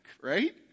right